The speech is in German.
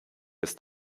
ist